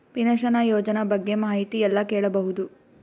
Pension ಯೋಜನ ಬಗ್ಗೆ ಮಾಹಿತಿ ಎಲ್ಲ ಕೇಳಬಹುದು?